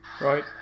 right